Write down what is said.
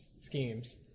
schemes